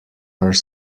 are